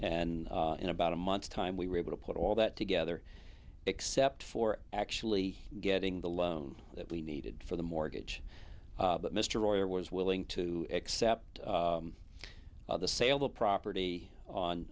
and in about a month's time we were able to put all that together except for actually getting the loan that we needed for the mortgage but mr royer was willing to accept the sale the property on